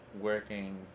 working